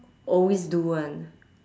always do [one]